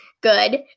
good